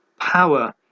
Power